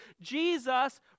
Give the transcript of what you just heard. Jesus